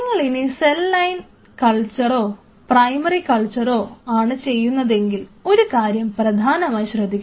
നിങ്ങളിനി cell line കൾച്ചറോ primary കൾച്ചറോ ആണ് ചെയ്യുന്നതെങ്കിൽ ഒരു കാര്യം പ്രധാനമായി ശ്രദ്ധിക്കണം